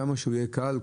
כמה שהוא יהיה קל,